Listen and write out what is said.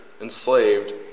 enslaved